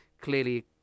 clearly